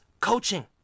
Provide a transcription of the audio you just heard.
coaching